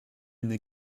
n’est